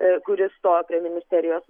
kuris stojo prie ministerijos